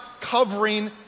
covering